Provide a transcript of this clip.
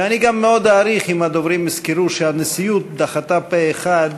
ואני גם מאוד אעריך אם הדוברים יזכרו שהנשיאות דחתה פה-אחד